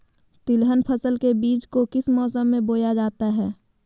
तिलहन फसल के बीज को किस मौसम में बोया जाता है?